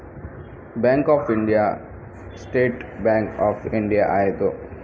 bank of India State Bank of India ಆಯಿತು